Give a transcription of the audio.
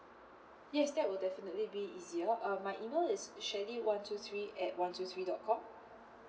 yes that will definitely be easier for uh my email is shirley one two three at one two three dot com